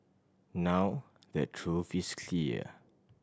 now the truth is clear